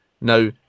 Now